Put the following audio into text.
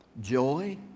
joy